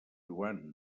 joan